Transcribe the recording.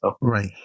Right